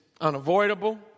unavoidable